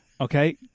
Okay